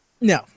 No